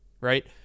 right